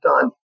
done